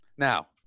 Now